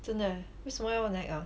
真的 eh 为什么要 nag ah